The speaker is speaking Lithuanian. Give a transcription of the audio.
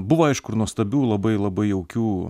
buvo aišku ir nuostabių labai labai jaukių